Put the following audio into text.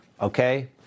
Okay